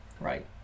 Right